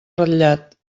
ratllat